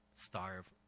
starve